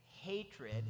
hatred